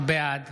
בעד